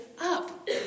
up